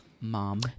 mom